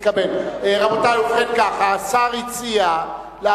היא תתקבל.